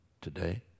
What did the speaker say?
today